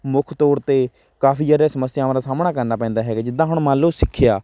ਮੁੱਖ ਤੌਰ 'ਤੇ ਕਾਫੀ ਜ਼ਿਆਦਾ ਸਮੱਸਿਆਵਾਂ ਦਾ ਸਾਹਮਣਾ ਕਰਨਾ ਪੈਂਦਾ ਹੈਗਾ ਜਿੱਦਾਂ ਹੁਣ ਮੰਨ ਲਉ ਸਿੱਖਿਆ